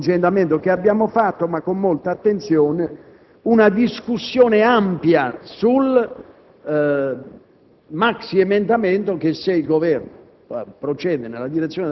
nell'ambito del contingentamento previsto, ma con molta attenzione, una discussione ampia sul maxiemendamento che - credo